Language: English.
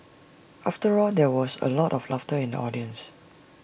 after all there was A lot of laughter in the audience